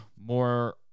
more